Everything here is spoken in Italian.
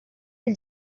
del